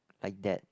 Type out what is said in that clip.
like that